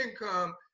income